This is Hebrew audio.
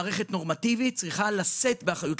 מערכת נורמטיבית צריכה לשאת באחריות,